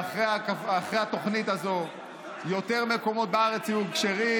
שאחרי התוכנית הזו יותר מקומות בארץ יהיו כשרים.